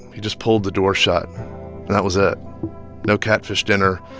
he just pulled the door shut. and that was it no catfish dinner,